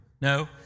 No